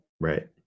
Right